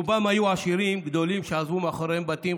רובם היו עשירים גדולים שעזבו מאחוריהם בתים,